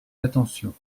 attention